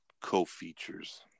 co-features